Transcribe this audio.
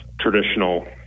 traditional